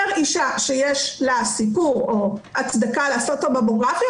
פר אישה שיש לה סיפור או הצדקה לעשות את הממוגרפיה,